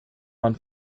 man